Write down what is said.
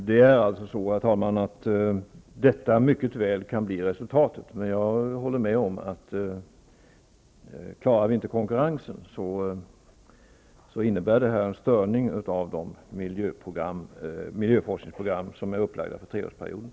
Herr talman! Detta kan mycket väl bli resultatet, men jag håller med om, att om vi inte klarar konkurrensen innebär det här en störning av de miljöforskningsprogram som är upplagda för treårsperioden.